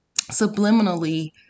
subliminally